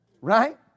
right